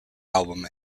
album